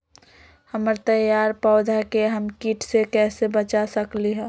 हमर तैयार पौधा के हम किट से कैसे बचा सकलि ह?